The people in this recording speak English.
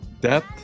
depth